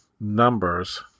numbers